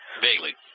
Vaguely